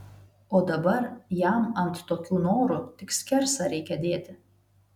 o dabar jam ant tokių norų tik skersą reikia dėti